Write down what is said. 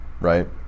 right